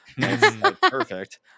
Perfect